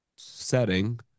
setting